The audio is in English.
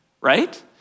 right